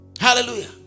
Hallelujah